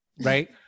right